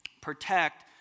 protect